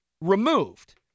removed